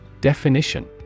Definition